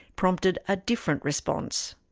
prompted a different response.